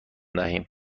دهیم